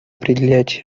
определять